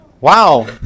Wow